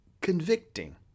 convicting